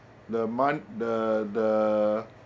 the month the the